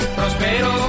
Prospero